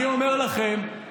במה אתם באים